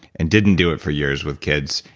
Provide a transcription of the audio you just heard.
and didn't do it for years with kids,